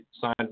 signed